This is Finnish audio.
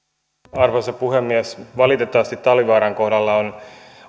arvoisa puhemies valitettavasti talvivaaran kohdalla on